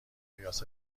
مقیاس